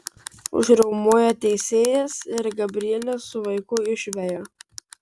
užriaumoja teisėjas ir gabrielę su vaiku išveja